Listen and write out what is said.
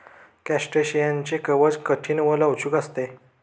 क्रस्टेशियनचे कवच कठीण व लवचिक असते